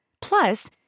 Plus